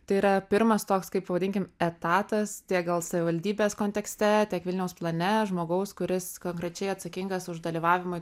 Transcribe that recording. tai yra pirmas toks kaip vadinkim etatas tiek gal savivaldybės kontekste tiek vilniaus plane žmogaus kuris konkrečiai atsakingas už dalyvavimą